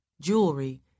jewelry